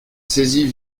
saisit